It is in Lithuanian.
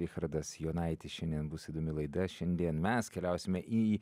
richardas jonaitis šiandien bus įdomi laida šiandien mes keliausime į